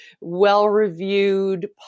well-reviewed